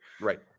Right